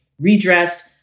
redressed